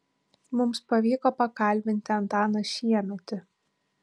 mums pavyko pakalbinti antaną šiemetį